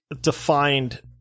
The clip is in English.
defined